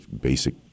basic